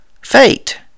fate